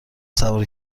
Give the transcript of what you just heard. سوار